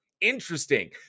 Interesting